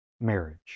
marriage